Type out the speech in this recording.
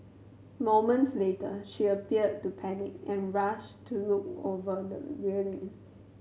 moments later she appeared to panic and rushed to look over the railing